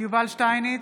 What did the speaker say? יובל שטייניץ,